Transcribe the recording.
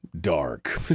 Dark